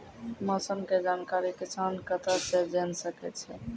मौसम के जानकारी किसान कता सं जेन सके छै?